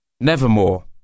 Nevermore